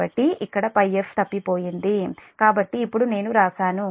కాబట్టి ఇక్కడ πf ఇది తప్పిపోయింది కాబట్టి ఇప్పుడు నేను వ్రాశాను